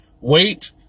wait